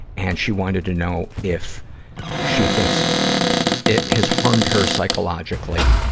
and she wanted to know if she thinks it has harmed her psychologically,